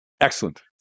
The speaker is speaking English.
excellent